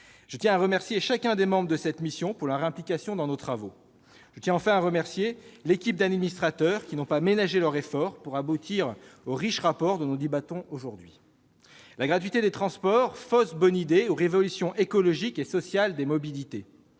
également à remercier chacun des membres de cette mission de leur implication dans nos travaux. Enfin, je tiens à remercier l'équipe d'administrateurs qui n'a pas ménagé ses efforts pour aboutir au riche rapport dont nous débattons aujourd'hui. La gratuité des transports : fausse bonne idée ou révolution écologique et sociale des mobilités